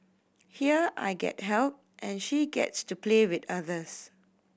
here I get help and she gets to play with others